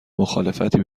مخالفتی